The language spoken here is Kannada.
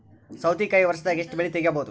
ಸೌತಿಕಾಯಿ ವರ್ಷದಾಗ್ ಎಷ್ಟ್ ಬೆಳೆ ತೆಗೆಯಬಹುದು?